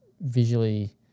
visually